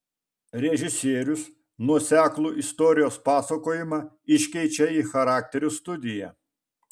režisierius nuoseklų istorijos pasakojimą iškeičia į charakterių studiją